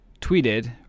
tweeted